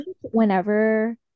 whenever